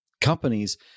companies